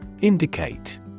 Indicate